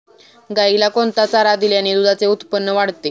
गाईला कोणता चारा दिल्याने दुधाचे उत्पन्न वाढते?